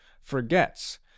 forgets